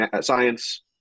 science